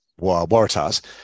Waratahs